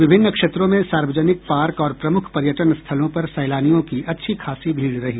विभिन्न क्षेत्रों में सार्वजनिक पार्क और प्रमुख पर्यटन स्थलों पर सैलानियों की अच्छी खासी भीड़ रही